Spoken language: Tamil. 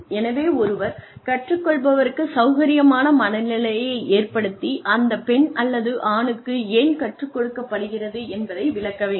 எனவே ஒருவர் கற்றுக் கொள்பவருக்குச் சௌகரியமான மன நிலையை ஏற்படுத்தி அந்த பெண் அல்லது ஆணுக்கு ஏன் கற்றுக் கொடுக்கப்படுகிறது என்பதை விளக்க வேண்டும்